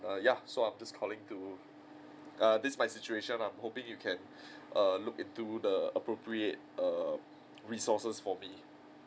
ya so I'm just calling to err this is my situation I'm hoping you can err look into the appropriate err resources for me